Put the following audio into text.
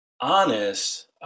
honest